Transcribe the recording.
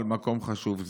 במקום חשוב זה.